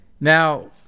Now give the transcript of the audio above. Now